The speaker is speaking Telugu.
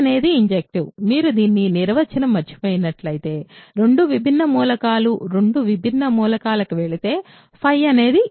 అనేది ఇన్జెక్టివ్ మీరు దీని నిర్వచనం మరచిపోయినట్లయితే రెండు విభిన్న మూలకాలు రెండు విభిన్న మూలకాలకు వెళితే అనేది ఇన్జెక్టివ్